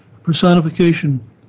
personification